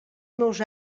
meus